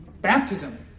Baptism